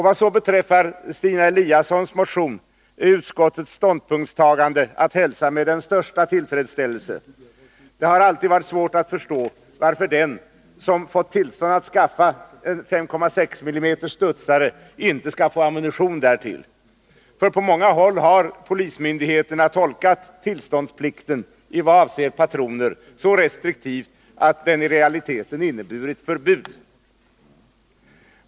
Vad beträffar Stina Eliassons motion är utskottets ståndpunktstagande att hälsa med den största tillfredsställelse. Det har alltid varit svårt att förstå varför den som fått tillstånd att skaffa en 5,6 mm studsare inte skall få ammunition därtill — för på många håll har polismyndigheterna tolkat tillståndsplikten i vad avser patroner så restriktivt att den i realiteten inneburit förbud.